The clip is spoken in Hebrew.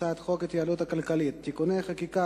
הצעת חוק ההתייעלות הכלכלית (תיקוני חקיקה